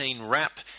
wrap